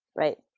right?